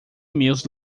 meus